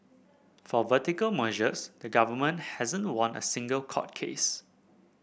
for vertical mergers the government hasn't won a single court case